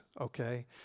Okay